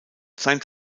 sein